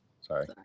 Sorry